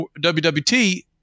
WWT